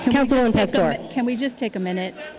councilwoman pastor can we just take a minute?